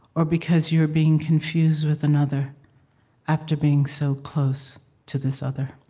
or because you are being confused with another after being so close to this other?